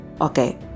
okay